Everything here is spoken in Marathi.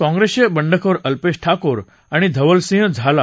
काँग्रेसचे बंडखोर अल्पेश ठाकोर आणि धवलसिंह झाला